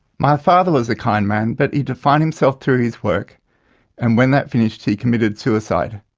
my father was a kind man but he defined himself through his work and when that finished he committed suicide.